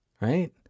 Right